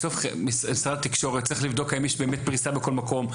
בסוף משרד התקשורת צריך לבדוק האם יש באמת פריסה בכל מקום.